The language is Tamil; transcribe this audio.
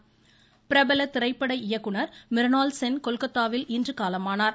மறைவு பிரபல திரைப்பட இயக்குநர் மிருணால் சென் கொல்கத்தாவில் இன்று காலமானார்